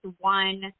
one